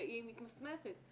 והיא מתמסמסת.